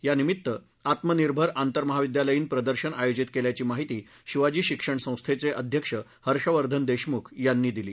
या निमित्त आत्मनिर्भर आंतर महाविद्यालयीन प्रदर्शन आयोजित केल्याची माहिती शिवाजी शिक्षण संस्थेचे अध्यक्ष हर्षवर्धन देशमुख यांनी दिली